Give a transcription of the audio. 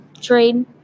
trade